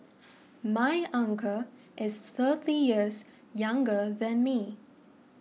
my uncle is thirty years younger than me